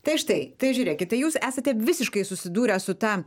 tai štai tai žiūrėkit jūs esate visiškai susidūręs su ta